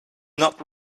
not